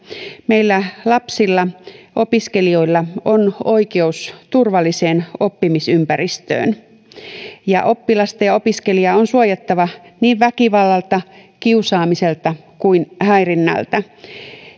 meillä lapsilla opiskelijoilla on oikeus turvalliseen oppimisympäristöön ja oppilasta ja opiskelijaa on suojattava niin väkivallalta kiusaamiselta kuin häirinnältä